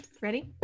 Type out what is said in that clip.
ready